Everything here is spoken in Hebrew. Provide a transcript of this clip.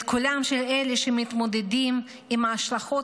את קולם של אלה שמתמודדים עם ההשלכות